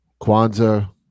Kwanzaa